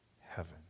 Heaven